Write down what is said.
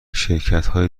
شرکتهای